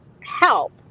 help